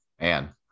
Man